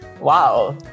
Wow